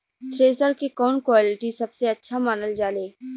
Thresher के कवन quality सबसे अच्छा मानल जाले?